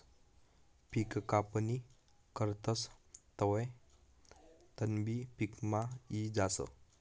पिक कापणी करतस तवंय तणबी पिकमा यी जास